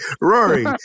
Rory